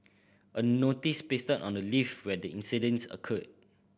a notice pasted on the lift where the incident occurred